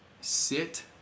sit